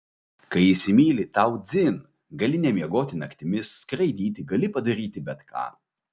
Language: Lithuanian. kai įsimyli tau dzin gali nemiegoti naktimis skraidyti gali padaryti bet ką